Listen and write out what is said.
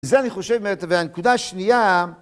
זה, אני חושב, מת, והנקודה השנייה...